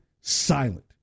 silent